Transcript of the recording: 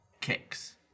kicks